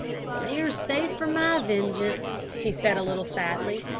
they are safe from my vengeance, he said a little sadly.